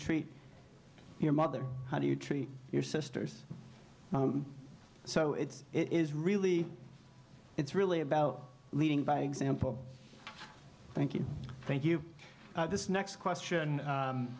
treat your mother how do you treat your sisters so it's it is really it's really about leading by example thank you thank you this next question